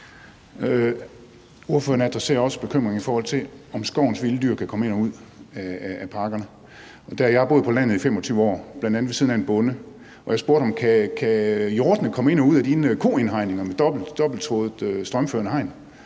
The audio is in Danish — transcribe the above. Ordføreren adresserer også en bekymring, i forhold til om skovens vilde dyr kan komme ind og ud af parkerne. Jeg har boet på landet i 25 år, bl.a. ved siden af en bonde, og jeg spurgte ham: Kan hjortene komme ind og ud af dine indhegninger til køerne, altså af et dobbelttrådet strømførende hegn?